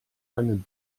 einen